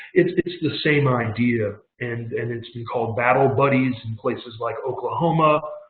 it's it's the same idea. and and it's been called battle buddies in places like oklahoma,